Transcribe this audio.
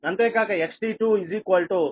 10 p